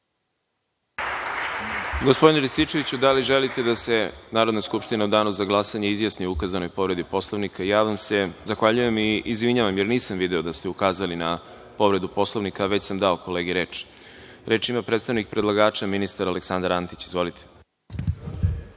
Gospodine Rističeviću, da li želite da se Narodna skupština u danu za glasanje izjasni o ukazanoj povredi Poslovnika? (Ne.)Zahvaljujem vam se i izvinjavam, jer nisam video da ste ukazali na povredu Poslovnika, a već sam dao kolegi reč. Reč ima predstavnik predlagača, ministar Aleksandar Antić. Izvolite.